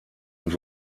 und